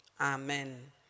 Amen